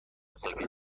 ساکت